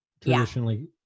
traditionally